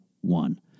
One